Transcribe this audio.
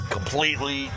Completely